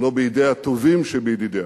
לא בידי הטובים שבידידיה.